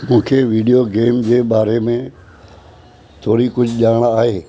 मूंखे video game जे बारे में थोरी कुझु ॼाण आहे